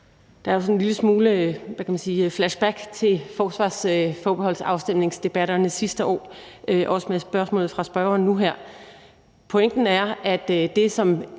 Det er lidt et flashback til forsvarsforbeholdsafstemningsdebatterne sidste år, også med spørgsmålet fra spørgeren nu her.